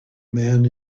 man